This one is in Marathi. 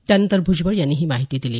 त्यानंतर भुजबळ यांनी ही माहिती दिली